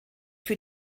für